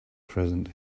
present